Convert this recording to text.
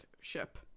ship